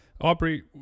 Aubrey